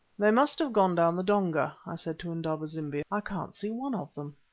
they must have gone down the donga, i said to indaba-zimbi, i can't see one of them.